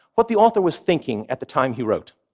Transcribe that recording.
what the author was thinking at the time he wrote.